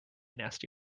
nasty